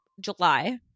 july